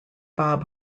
bob